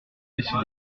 décidez